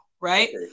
right